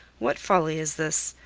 what folly is this?